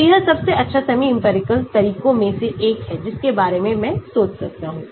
तो यह सबसे अच्छा सेमी इंपिरिकल तरीकों में से एक है जिसके बारे में मैं सोच सकता हूं